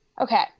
okay